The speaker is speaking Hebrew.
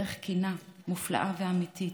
דרך כנה, מופלאה ואמיתית.